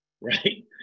right